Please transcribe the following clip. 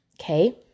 Okay